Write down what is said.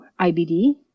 IBD